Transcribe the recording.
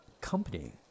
company